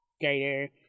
greater